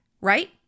right